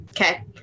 Okay